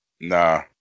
Nah